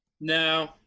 No